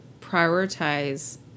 prioritize